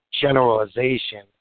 generalization